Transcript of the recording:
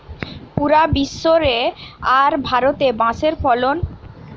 পুরা বিশ্ব রে আর ভারতে বাঁশের ফলন